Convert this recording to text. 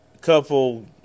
couple